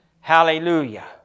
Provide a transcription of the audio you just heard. Hallelujah